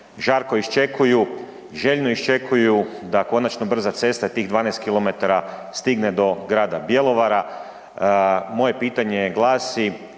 žarko iščekuju, željno iščekuju da konačno brza cesta i tih 12 kilometara stigne do grada Bjelovara. Moje pitanje glasi,